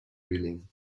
ruling